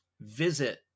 visit